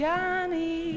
Johnny